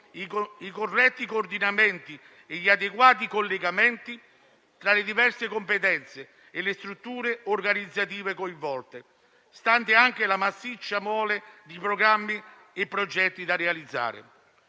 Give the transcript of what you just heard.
i corretti coordinamenti e gli adeguati collegamenti tra le diverse competenze e le strutture organizzative coinvolte, stante anche la massiccia mole di programmi e progetti da realizzare.